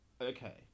Okay